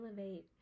elevate